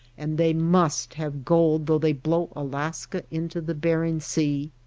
and they must have gold though they blow alaska into the behring sea.